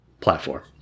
platform